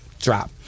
drop